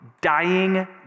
dying